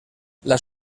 las